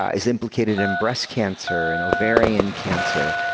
ah is implicated in breast cancer and ovarian cancer.